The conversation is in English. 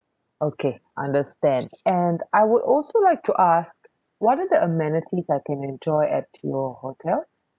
okay understand and I would also like to ask what are the amenities I can enjoy at your hotel